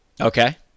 Okay